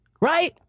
Right